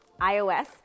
iOS